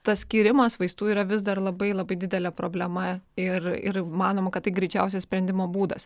tas skyrimas vaistų yra vis dar labai labai didelė problema ir ir manoma kad tai greičiausias sprendimo būdas